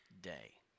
day